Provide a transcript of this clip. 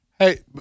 Hey